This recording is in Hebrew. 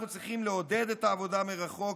אנחנו צריכים לעודד את העבודה מרחוק,